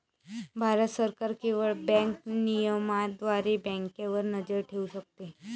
भारत सरकार केवळ बँक नियमनाद्वारे बँकांवर नजर ठेवू शकते